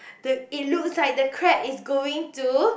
the it looks like the crab is going to